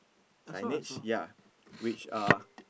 signage ya which uh